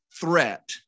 threat